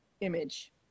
image